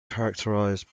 characterized